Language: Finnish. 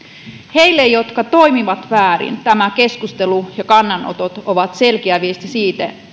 heille jotka toimivat väärin tämä keskustelu ja kannanotot ovat selkeä viesti siitä